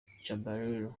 caballero